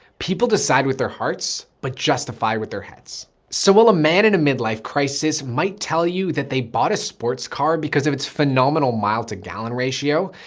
people decide with their hearts, but justify with their heads. so will a man in a midlife crisis might tell you that they bought a sports car because of its phenomenal mile to gallon ratio.